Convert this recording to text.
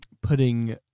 putting